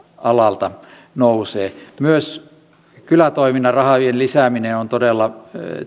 alalta nousee myös kylätoiminnan rahojen lisääminen on todella